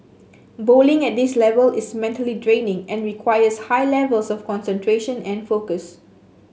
bowling at this level is mentally draining and requires high levels of concentration and focus